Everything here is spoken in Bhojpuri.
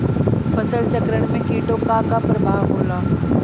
फसल चक्रण में कीटो का का परभाव होला?